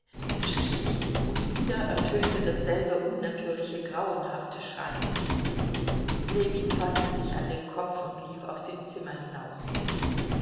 schrie sie und wieder ertönte dasselbe unnatürliche grauenhafte schreien ljewin faßte sich an den kopf und lief aus dem zimmer hinaus